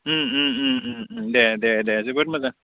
दे दे दे दे जोबोद मोजां